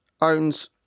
owns